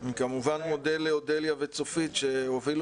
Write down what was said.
אני כמובן מודה לאודליה וצופית שהובילו